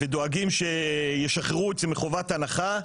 ודואגים שישחררו את זה מחובת הנחה.